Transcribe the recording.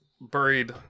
buried